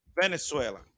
Venezuela